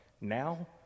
Now